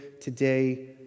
today